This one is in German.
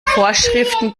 vorschriften